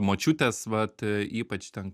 močiutės vat ypač ten